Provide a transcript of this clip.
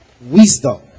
Wisdom